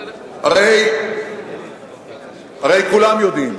הרי כולם יודעים,